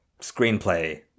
Screenplay